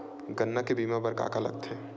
गन्ना के बीमा बर का का लगथे?